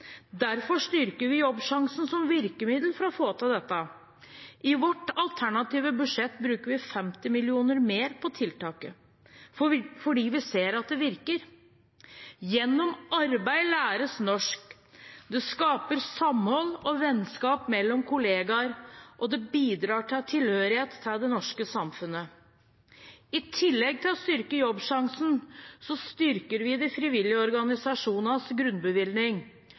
Derfor styrker vi Jobbsjansen som virkemiddel for å få dette til. I vårt alternative budsjett bruker vi 50 mill. kr mer på tiltaket, for vi ser at det virker. Gjennom arbeid læres norsk. Det skaper samhold og vennskap mellom kollegaer, og det bidrar til tilhørighet til det norske samfunnet. I tillegg til å styrke Jobbsjansen styrker vi de frivillige organisasjonenes grunnbevilgning,